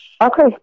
okay